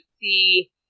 see